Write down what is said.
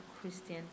Christian